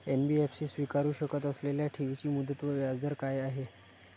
NBFC स्वीकारु शकत असलेल्या ठेवीची मुदत व व्याजदर काय आहे?